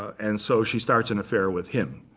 and so she starts an affair with him.